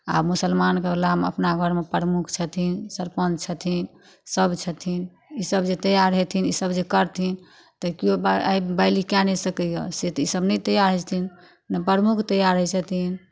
आ मुसलमानके वलामे अपना घरमे प्रमुख छथिन सरपञ्च छथिन सभ छथिन ईसभ जे तैयार हेथिन ईसभ जे करथिन तऽ कियो बाइ आइ बाइली कए नहि सकैए से तऽ ईसभ नहि तैयार होइ छथिन नहि प्रमुख तैयार होइ छथिन